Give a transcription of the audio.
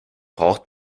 braucht